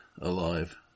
alive